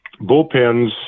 bullpens